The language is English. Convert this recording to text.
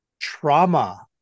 trauma